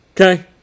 okay